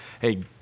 hey